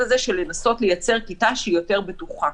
הזה של לנסות לייצר כיתה שהיא יותר בטוחה.